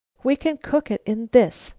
we can cook it in this.